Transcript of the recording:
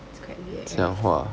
it's quite weird eh